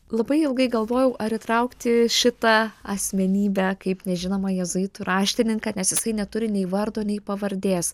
labai ilgai galvojau ar įtraukti šitą asmenybę kaip nežinomą jėzuitų raštininką nes jisai neturi nei vardo nei pavardės